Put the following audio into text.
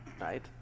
right